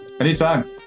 anytime